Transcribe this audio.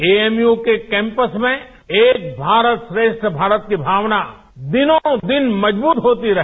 AMU के कैंपस में एक भारत श्रेष्ठ भारत की भावना दिनों दिन मजबूत होती रहे